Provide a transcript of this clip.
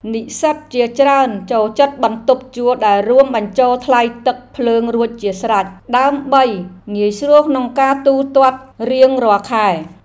និស្សិតជាច្រើនចូលចិត្តបន្ទប់ជួលដែលរួមបញ្ចូលថ្លៃទឹកភ្លើងរួចជាស្រេច ដើម្បីងាយស្រួលក្នុងការទូទាត់រៀងរាល់ខែ។